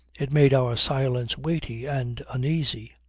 it made our silence weighty and uneasy.